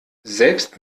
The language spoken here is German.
selbst